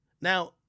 Now